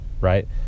right